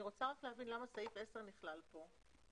אני רוצה להבין למה סעיף 10 נכלל כאן.